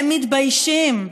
הם מתביישים.